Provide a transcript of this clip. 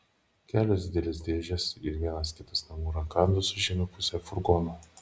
kelios didelės dėžės ir vienas kitas namų rakandas užėmė pusę furgono